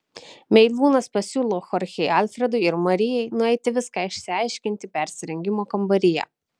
meilūnas pasiūlo chorchei alfredui ir marijai nueiti viską išsiaiškinti persirengimo kambaryje